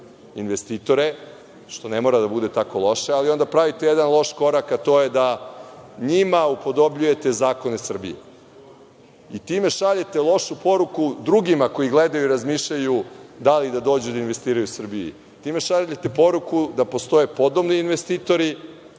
investitore, što ne mora da bude tako loše, ali onda pravite jedan loš korak, a to je da njima upodobljujete zakone Srbije. Time šaljete lošu poruku drugima koji gledaju i razmišljaju da li da dođu da investiraju u Srbiju. Time šaljete poruku da postoje podobni investitori